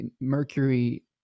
Mercury